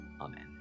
Amen